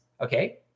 Okay